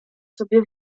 sobie